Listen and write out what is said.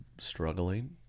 Struggling